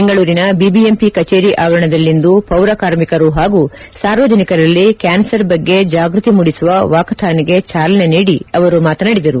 ಬೆಂಗಳೂರಿನ ಬಿಬಿಎಂಪಿ ಕಚೇರಿ ಆವರಣದಲ್ಲಿಂದು ಪೌರ ಕಾರ್ಮಿಕರು ಹಾಗೂ ಸಾರ್ವಜನಿಕರಲ್ಲಿ ಕ್ಯಾನ್ಸರ್ ಬಗ್ಗೆ ಜಾಗೃತಿ ಮೂಡಿಸುವ ವಾಕಥಾನ್ಗೆ ಚಾಲನೆ ನೀಡಿ ಅವರು ಮಾತನಾಡಿದರು